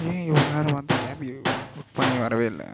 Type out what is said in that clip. ஏன் இவ்ளோ நேரம் வந்து கேப்பு புக் பண்ணி வரவே இல்லை